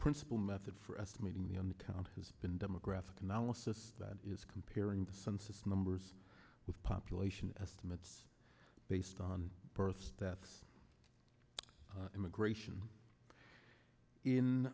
principal method for estimating the on the county has been demographic analysis that is comparing the census numbers with population estimates based on births deaths immigration in